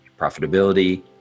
profitability